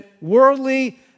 worldly